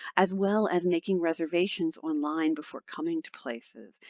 as well as making reservations online before coming to places.